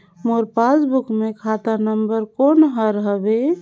मोर passbook मे खाता number कोन हर हवे?